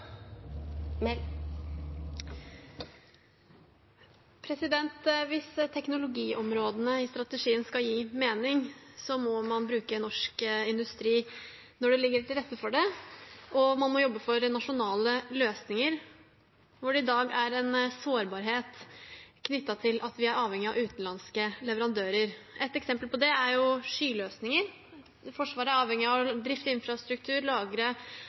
signert. Hvis teknologiområdene i strategien skal gi mening, må man bruke norsk industri når det ligger til rette for det, og man må jobbe for nasjonale løsninger hvor det i dag er en sårbarhet knyttet til at vi er avhengige av utenlandske leverandører. Et eksempel på det er skyløsninger. Forsvaret er avhengig av å drifte infrastruktur og lagre